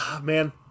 man